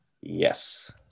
Yes